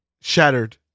Shattered